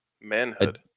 Manhood